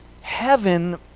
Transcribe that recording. heaven